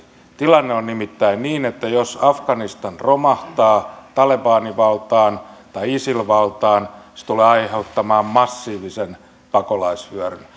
tilanne on nimittäin niin että jos afganistan romahtaa talebanivaltaan tai isil valtaan se tulee aiheuttamaan massiivisen pakolaisvyöryn tämä